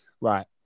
right